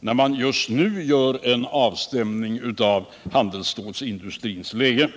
när man just nu gör en avstämning av handelsstålsindustrins läge.